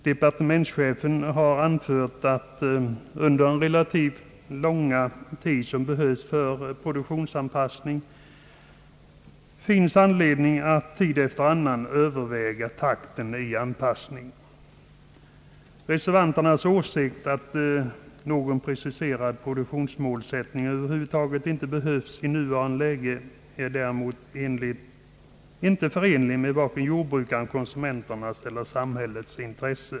Departementschefen har också anfört att under den relativt långa tid som behövs för anpassning av produktionen finns det anledning att tid efter annan överväga takten i anpassningen. Reservanternas åsikt att någon preciserad produktionsmålsättning över huvud taget inte behövs i nuvarande läge är däremot knappast förenlig med vare sig jordbrukarnas, konsumenternas eller samhällets intresse.